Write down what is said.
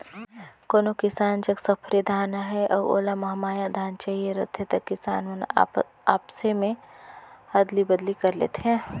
कोनो किसान जग सफरी धान अहे अउ ओला महमाया धान चहिए रहथे त किसान मन आपसे में अदली बदली कर लेथे